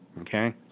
okay